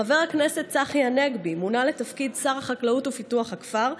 חבר הכנסת צחי הנגבי מונה לתפקיד שר החקלאות ופיתוח הכפר,